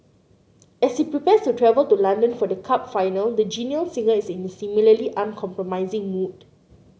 as he prepares to travel to London for the cup final the genial singer is in similarly uncompromising mood